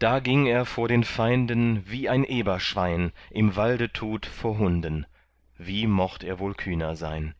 da ging er vor den feinden wie ein eberschwein im walde tut vor hunden wie mocht er wohl kühner sein